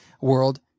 world